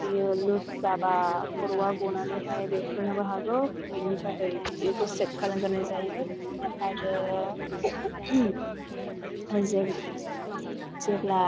बेयो लुस जाबा खर'आ गनानैहाय बेरफ्रुनोबो हागौ बिनि थाखाय बेखौ चेक खालामग्रोनाय जायो आरो जेब्ला